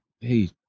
hey